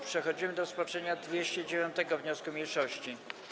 Przechodzimy do rozpatrzenia 209. wniosku mniejszości.